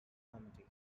comedy